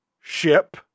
ship